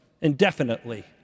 indefinitely